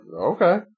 okay